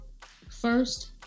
first